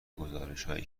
گزارشهایی